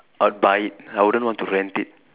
I'd buy it I wouldn't want to rent it